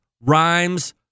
rhymes